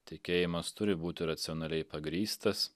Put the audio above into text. tikėjimas turi būti racionaliai pagrįstas